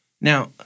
Now